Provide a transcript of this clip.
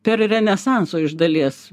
per renesanso iš dalies